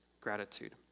gratitude